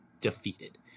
defeated